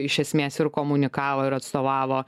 iš esmės ir komunikavo ir atstovavo